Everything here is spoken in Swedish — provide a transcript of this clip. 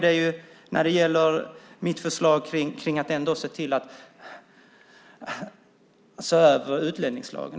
Detsamma gäller mitt förslag att se över utlänningslagen.